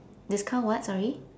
discount what sorry